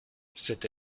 cette